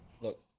Look